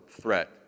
threat